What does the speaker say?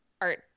art